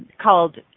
called